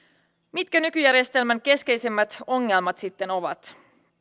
mitkä nykyjärjestelmän keskeisimmät ongelmat sitten ovat